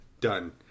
Done